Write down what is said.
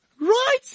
Right